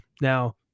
Now